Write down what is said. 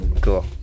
Cool